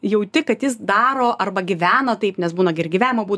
jauti kad jis daro arba gyvena taip nes būna gi ir gyvenimo būdo